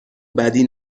بدی